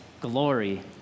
glory